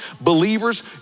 Believers